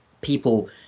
people